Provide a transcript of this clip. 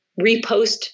repost